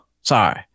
sorry